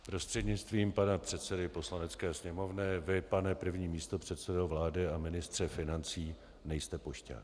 Prostřednictvím pana předsedy Poslanecké sněmovny vy, pane první místopředsedo vlády a ministře financí, nejste pošťák.